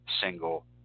single